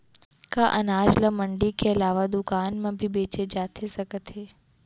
का अनाज ल मंडी के अलावा दुकान म भी बेचे जाथे सकत हे?